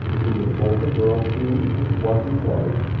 he had told the girl who and what he was,